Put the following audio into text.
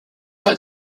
pas